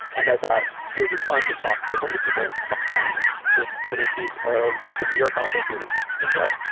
and i thought it would be fun to talk to one of the people behind this little piece of the new york holiday season enjoy